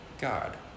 God